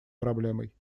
проблемой